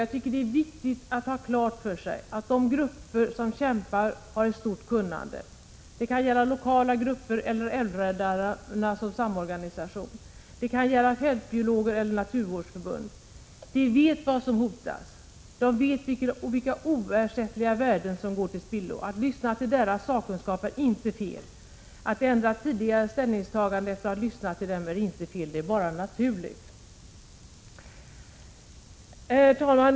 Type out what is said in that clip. Jag tycker det är viktigt att ha klart för sig, att de grupper som kämpar har ett stort kunnande. Det kan gälla lokala grupper eller Älvräddarnas samorganisation. Det kan gälla fältbiologer eller naturvårdsförbund. De vet vad som hotas och vilka oersättliga värden som går till spillo. Att lyssna till deras sakkunskap är inte fel. Att ändra tidigare ställningstaganden efter att ha lyssnat till dem är inte fel, det är bara naturligt. Herr talman!